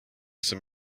some